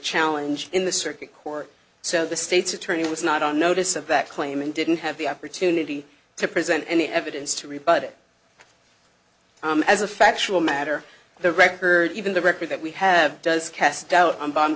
challenge in the circuit court so the state's attorney was not on notice of that claim and didn't have the opportunity to present any evidence to rebut it as a factual matter the record even the record that we have does cast doubt on bond